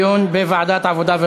לדיון מוקדם בוועדת העבודה,